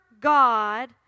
God